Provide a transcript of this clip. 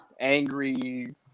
angry